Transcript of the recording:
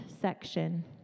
section